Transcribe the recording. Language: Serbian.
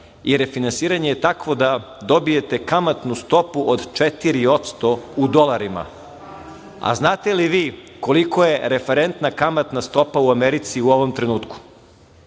i refinansiranje je takvo da dobijete kamatnu stopu od 4% u dolarima. A znate li vi koliko je referentna kamatna stopa u Americi u ovom trenutku?